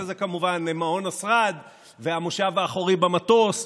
שזה כמובן מעון השרד והמושב האחורי במטוס,